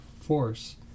force